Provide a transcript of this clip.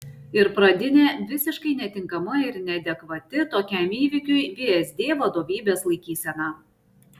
ir pradinė visiškai netinkama ir neadekvati tokiam įvykiui vsd vadovybės laikysena